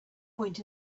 point